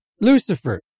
Lucifer